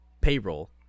payroll